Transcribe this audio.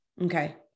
Okay